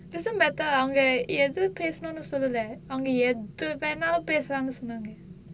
doesn't matter அவங்க எது பேசனுன்னு சொல்லல அவங்க எது வேணாலும் பேசலாம்னு சொன்னாங்க:avanga ethu pesanunu sollala avanga ethu venaalum pesalaamnu sonnaanga